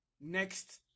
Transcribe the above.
next